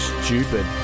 Stupid